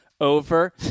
Over